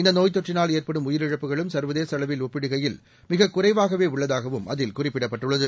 இந்த நோய் தொற்றினால் ஏற்படும் உயிரிழப்புகளும் சர்வதேச அளவில் ஒப்பிடுகையில் மிகக் குறைவாகவே உள்ளதாகவும் அதில் குறிப்பிடப்பட்டுள்ளது